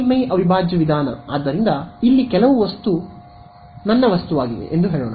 ಮೇಲ್ಮೈ ಅವಿಭಾಜ್ಯ ವಿಧಾನ ಆದ್ದರಿಂದ ಇಲ್ಲಿ ಕೆಲವು ನನ್ನ ವಸ್ತುವಾಗಿದೆ ಎಂದು ಹೇಳೋಣ